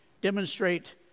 demonstrate